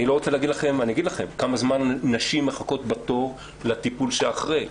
אני אגיד לכם כמה זמן נשים מחכות בתור לטיפול שאחרי.